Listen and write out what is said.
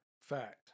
Fact